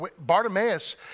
Bartimaeus